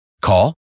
Call